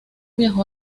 viajó